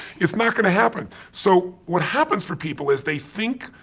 it's not gonna happen. so what happens for people is they think,